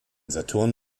saturn